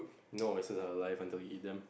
no it is alive until you eat them